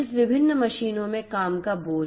इस विभिन्न मशीनों में काम का बोझ